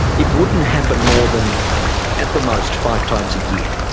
it wouldn't happen more than at the most five times a year.